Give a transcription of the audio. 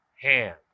hand